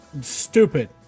Stupid